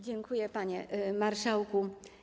Dziękuję, panie marszałku.